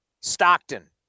Stockton